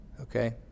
Okay